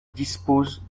disposent